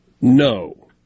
No